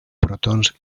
protons